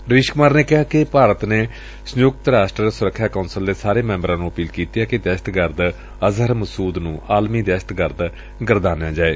ਰਵੀਸ਼ ਕੁਮਾਰ ਨੇ ਕਿਹਾ ਕਿ ਭਾਰਤ ਨੇ ਸੰਯੁਕਤ ਰਾਸ਼ਟਰ ਸੁਰੱਖਿਆ ਕੌਸਲ ਦੇ ਸਾਰੇ ਮੈਬਰਾਂ ਨੂੰ ਅਪੀਲ ਕੀਤੀ ਏ ਕਿ ਦਹਿਸ਼ਤਗਰਦ ਅਜ਼ਹਰ ਮਸੁਦ ਨੁੰ ਆਲਮੀ ਦਹਿਸ਼ਤਗਰਦ ਗਰਦਾਨਿਆ ਜਾਏ